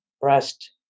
breast